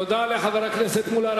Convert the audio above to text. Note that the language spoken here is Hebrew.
תודה לחבר הכנסת מולה.